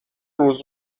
روز